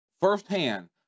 firsthand